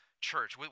church